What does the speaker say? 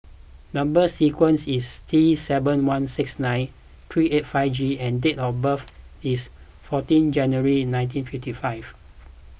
Number Sequence is T seven one six nine three eight five G and date of birth is fourteen January nineteen fifty five